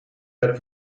werden